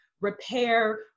repair